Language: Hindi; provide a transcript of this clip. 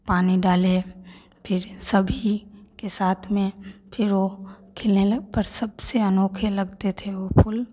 पानी डाले फिर सभी के साथ में फिर वो खिलने पर सबसे अनोखे लगते थे वो फूल